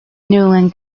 newlyn